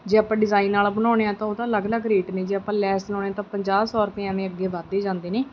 ਜੇ ਆਪਾਂ ਡਿਜ਼ਾਈਨ ਵਾਲਾ ਬਣਾਉਂਦੇ ਹਾਂ ਤਾਂ ਉਹ ਤਾਂ ਅਲੱਗ ਅਲੱਗ ਰੇਟ ਨੇ ਜੇ ਆਪਾਂ ਲੈਸ ਲਗਾਉਂਦੇ ਤਾਂ ਪੰਜਾਹ ਸੌ ਰੁਪਇਆ ਐਵੇਂ ਅੱਗੇ ਵੱਧਦੇ ਜਾਂਦੇ ਨੇ